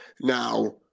now